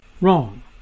wrong